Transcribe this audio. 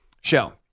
Show